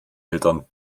eltern